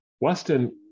Weston